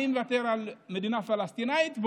אני מוותר על מדינה פלסטינית,